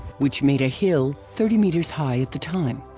which made a hill thirty meters high at the time.